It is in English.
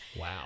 Wow